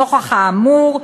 נוכח האמור,